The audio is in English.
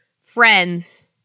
friends